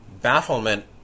Bafflement